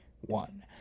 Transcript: one